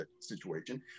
situation